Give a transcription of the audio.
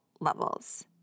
levels